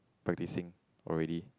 practising already